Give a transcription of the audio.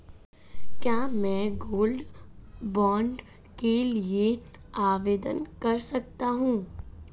क्या मैं gold bond के लिए आवेदन कर सकता हूं?